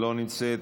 לא נמצאת,